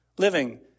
living